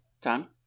time